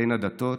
בין הדתות,